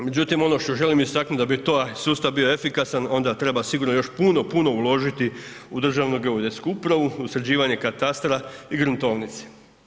Međutim, ono što želim istaknuti da bi taj sustav bio efikasan onda treba sigurno još puno, puno uložiti u Državnu geodetsku upravu, u sređivanje katastra i gruntovnice.